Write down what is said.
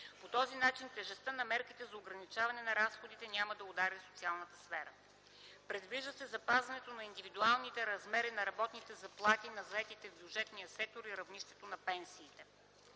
По този начин тежестта на мерките за ограничаване на разходите няма да удари социалната сфера; - предвижда се запазването на индивидуалните размери на работните заплати на заетите в бюджетния сектор и равнището на пенсиите.